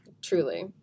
Truly